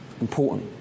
important